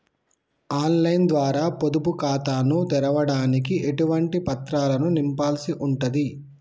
On line ద్వారా పొదుపు ఖాతాను తెరవడానికి ఎటువంటి పత్రాలను నింపాల్సి ఉంటది?